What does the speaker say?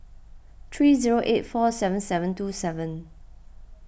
three zero eight four seven seven two seven